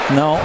no